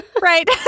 Right